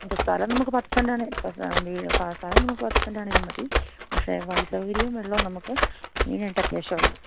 സ്ഥലം നമുക്ക് പത്ത് സെന്റ് ആണേലും സ്ഥലം നമുക്ക് പത്ത് സെന്റ് ആണേലും മതി പക്ഷേ വഴി സൗകര്യവും വെള്ളവും നമുക്ക് മെയിൻ ആയിട്ട് അത്യാവശ്യമാണ്